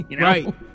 Right